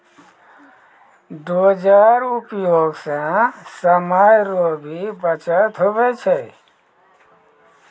dozer उपयोग से समय रो भी बचत हुवै छै